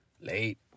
Late